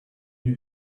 you